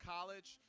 College